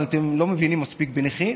אבל אתם לא מבינים מספיק בנכים,